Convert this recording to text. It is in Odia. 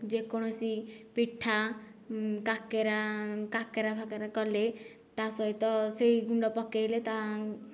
ଯେକୌଣସି ପିଠା କାକେରା କାକେରା ଫାକେରା କଲେ ତାସହିତ ସେଇ ଗୁଣ୍ଡ ପକାଇଲେ ତାହା